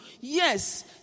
Yes